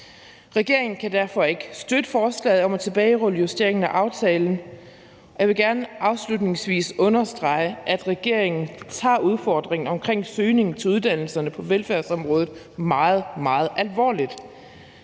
Regeringen kan derfor ikke støtte forslaget om at tilbagerulle justeringen af aftalen, og jeg vil afslutningsvis gerne understrege, at regeringen tager udfordringen omkring søgningen til uddannelserne på velfærdsområdet meget, meget alvorligt.